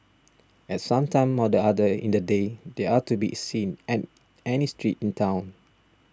at some time or the other in the day they are to be seen an any street in town